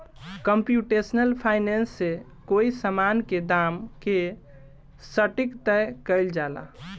computational finance से कोई समान के दाम के सटीक तय कईल जाला